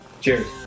Cheers